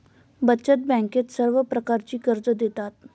बचत बँकेत सर्व प्रकारची कर्जे देतात